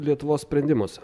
lietuvos sprendimuose